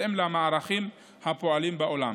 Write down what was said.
בהתאם למערכים הפועלים בעולם.